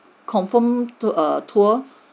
confirmed to err tour